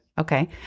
Okay